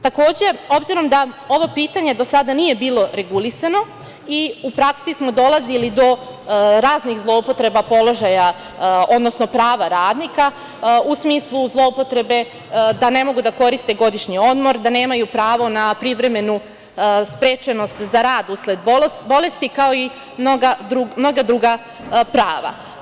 Takođe, obzirom da ovo pitanje do sada nije bilo regulisano i u praksi smo dolazili do raznih zloupotreba prava radnika, u smislu zloupotrebe da ne mogu da koriste godišnji odmor, da nemaju pravo na privremenu sprečenost za rad usled bolesti, kao i mnoga druga prava.